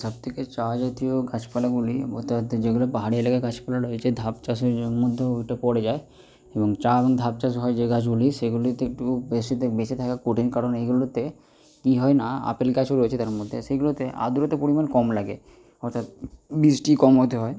সব থেকে চা জাতীয় গাছপালাগুলি বলতে যেগুলো পাহাড়ি এলাকায় গাছপালা রয়েছে ধাপ চাষের মধ্যেও ওটা পড়ে যায় এবং চা এবং ধাপ চাষ হয় যে গাছগুলি সেগুলিতে একটু বেশিতে বেঁচে থাকা কঠিন কারণ এইগুলোতে কী হয় না আপেল গাছও রয়েছে তার মধ্যে সেগুলোতে আর্দ্রতার পরিমাণ কম লাগে অর্থাৎ বৃষ্টি কম হতে হয়